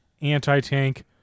anti-tank